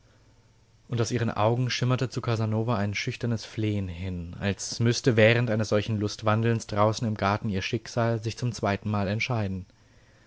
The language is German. und aus ihren augen schimmerte zu casanova ein schüchternes flehen hin als müßte während eines solchen lustwandelns draußen im garten ihr schicksal sich zum zweitenmal entscheiden